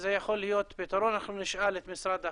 זה יכול להיות פתרון, נשאל את משרד החינוך.